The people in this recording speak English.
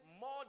more